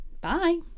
Bye